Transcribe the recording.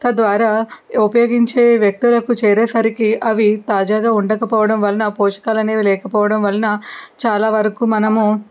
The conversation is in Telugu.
తద్వారా ఉపయోగించే వ్యక్తులకు చేరేసరికి అవి తాజాగా ఉండకపోవడం వలన పోషకాలు అనేవి లేకపోవడం వలన చాలావరకు మనము